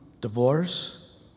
divorce